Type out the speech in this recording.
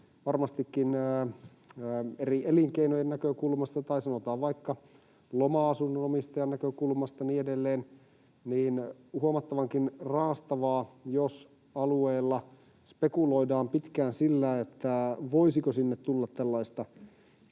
varmastikin eri elinkeinojen näkökulmasta, tai sanotaan vaikka loma-asunnon omistajan näkökulmasta ja niin edelleen, huomattavankin raastavaa, jos alueella spekuloidaan pitkään sillä, voisiko sinne tulla tällaista